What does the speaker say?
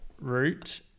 route